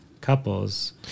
couples